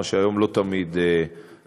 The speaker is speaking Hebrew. מה שהיום לא תמיד קיים,